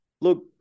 look